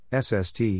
SST